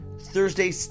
Thursday